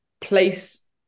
place